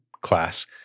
class